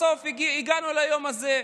בסוף הגענו ליום הזה.